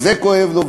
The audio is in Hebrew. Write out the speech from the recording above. וזה כואב לו,